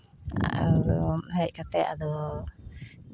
ᱦᱮᱡ ᱠᱟᱛᱮ ᱟᱫᱚ